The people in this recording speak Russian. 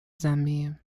замбии